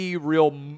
Real